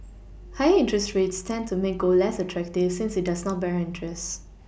higher interest rates tend to make gold less attractive since it does not bear interest